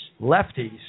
Lefties